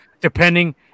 depending